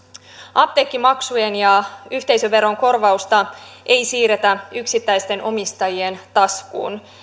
apteekkimaksujen ja yhteisöveron korvausta ei siirretä yksittäisten omistajien taskuun